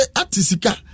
atisika